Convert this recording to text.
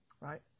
Right